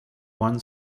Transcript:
one